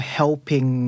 helping